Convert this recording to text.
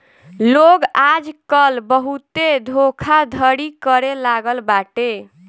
लोग आजकल बहुते धोखाधड़ी करे लागल बाटे